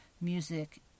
music